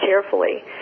carefully